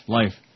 life